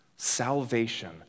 Salvation